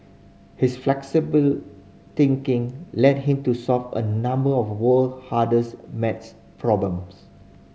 his flexible thinking led him to solve a number of world hardest math problems